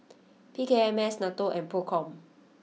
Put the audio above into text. P K M S Nato and Procom